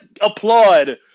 applaud